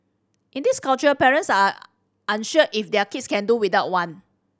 in this culture parents are unsure if their kids can do without one